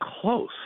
close